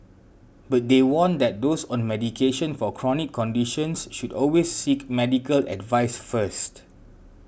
but they warn that those on medication for chronic conditions should always seek medical advice first